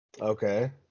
Okay